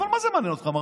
אבל מה זה מעניין אותך,